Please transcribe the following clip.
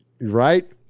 Right